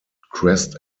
crest